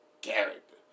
character